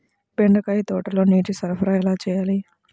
బెండకాయ తోటలో నీటి సరఫరా ఎలా చేయాలి?